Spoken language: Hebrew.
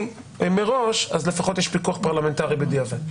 מראש לפחות יש פיקוח פרלמנטרי בדיעבד.